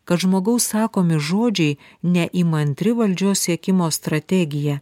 kad žmogaus sakomi žodžiai neįmantri valdžios siekimo strategija